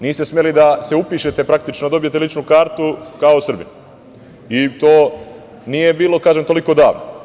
Niste smeli da se upišete praktično, da dobijete ličnu kartu kao Srbin i to nije bilo, kažem, toliko davno.